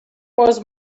was